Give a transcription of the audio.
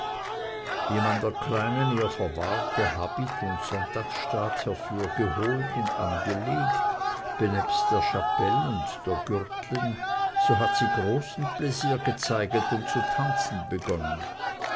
wie man der kleinen ihr verwahrte habit und sonntagsstaat herfürgehohlt und angelegt benebst der schapell und der gürtlen so hat sie großen plaisir gezeiget und zu tanzen begonnen